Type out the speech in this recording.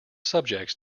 subjects